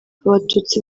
abatutsi